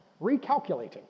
recalculating